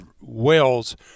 wells